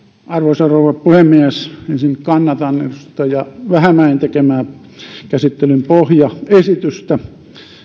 arvoisa rouva puhemies ensin kannatan edustaja vähämäen tekemää käsittelyn pohjaesitystä